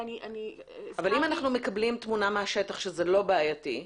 ואני הסכמתי --- אבל אם אנחנו מקבלים תמונה מהשטח שזה לא בעייתי.